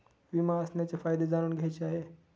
विमा असण्याचे फायदे जाणून घ्यायचे आहे